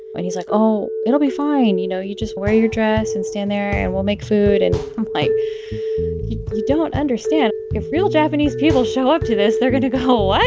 and he's like, oh, it'll be fine. you know, you just wear your dress and stand there, and we'll make food. and i'm like, you you don't understand. if real japanese people show up to this, they're going to go, what,